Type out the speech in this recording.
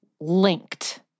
linked